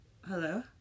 Hello